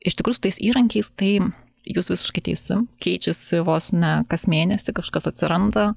iš tikrųjų su tais įrankiais tai jūs visiškai teisi keičiasi vos ne kas mėnesį kažkas atsiranda